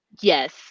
yes